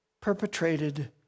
perpetrated